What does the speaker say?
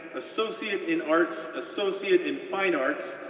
associate in arts, associate in fine arts,